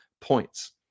points